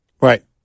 Right